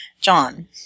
John